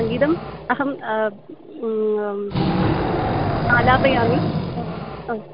सङ्गीतम् अहं आलापयामि अ आम्